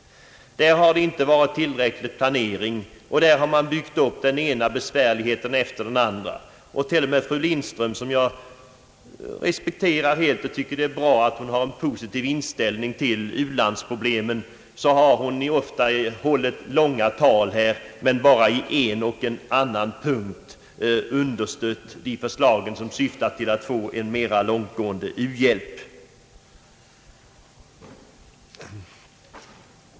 Man har talat om otillräcklig planering, och man har byggt upp den ena besvärligheten efter den andra. Till och med fru Lindström, som jag respekterar för hennes positiva inställning till u-landsproblemen, har ofta hållit långa tal här i kammaren, men bara i en och annan punkt understött de förslag som syftar till en mera långtgående u-hjälp.